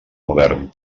modern